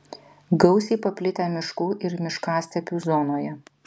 gausiai paplitę miškų ir miškastepių zonoje